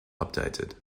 updated